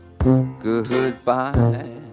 Goodbye